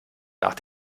nach